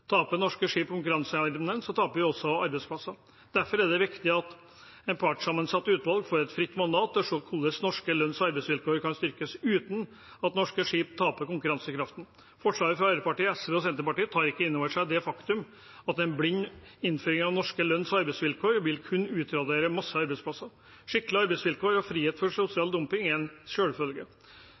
norske skip konkurranseevnen, taper vi også arbeidsplasser. Derfor er det viktig at et partssammensatt utvalg får et fritt mandat til å se på hvordan norske lønns- og arbeidsvilkår kan styrkes uten at norske skip taper konkurransekraften. Forslaget fra Arbeiderpartiet, SV og Senterpartiet tar ikke inn over seg det faktum at en blind innføring av norske lønns- og arbeidsvilkår vil kunne utradere masse arbeidsplasser. Skikkelige arbeidsvilkår og frihet fra sosial dumping er en